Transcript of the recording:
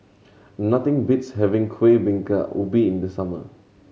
nothing beats having Kuih Bingka Ubi in the summer